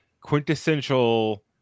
quintessential